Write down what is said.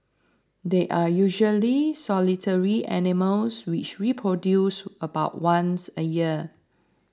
they are usually solitary animals which reproduce about once a year